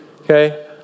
okay